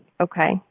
Okay